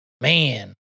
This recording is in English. Man